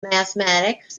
mathematics